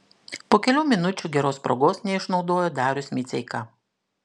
po kelių minučių geros progos neišnaudojo darius miceika